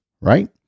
Right